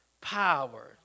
power